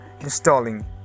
installing